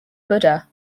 buddha